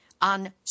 on